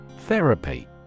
therapy